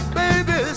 baby